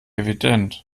evident